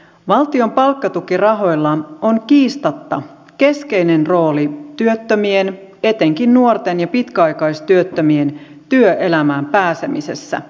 valtion palkkatukirahoilla on kiistatta keskeinen rooli työttömien etenkin nuorten ja pitkäaikaistyöttömien työelämään pääsemisessä